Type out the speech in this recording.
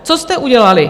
Co jste udělali?